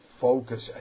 focus